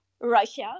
Russia